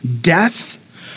death